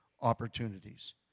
opportunities